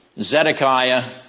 Zedekiah